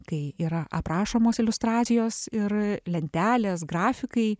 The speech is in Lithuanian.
kai yra aprašomos iliustracijos ir lentelės grafikai